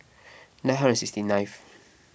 nine hundred sixty ninth